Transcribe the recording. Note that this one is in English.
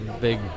big